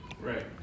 Right